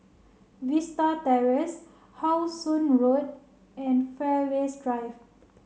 Vista Terrace How Sun Road and Fairways Drive